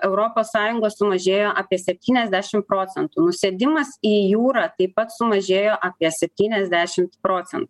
europos sąjungos sumažėjo apie septyniasdešim procentų nusėdimas į jūrą taip pat sumažėjo apie septyniasdešimt procentų